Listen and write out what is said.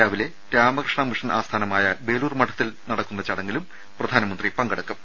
രാവിലെ രാമകൃഷ്ണ മിഷൻ ആസ്ഥാനമായ ബേലൂർ മഠത്തിൽ നടക്കുന്ന ചടങ്ങിലും പ്രധാനമന്ത്രി പങ്കെടുക്കും